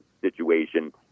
situation